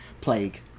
plague